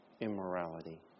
immorality